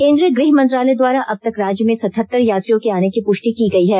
केंद्रीय गृहमंत्रालय द्वारा अबतक राज्य में सतहतर यात्रियों के आने की पुष्टि की गई है